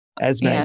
Esme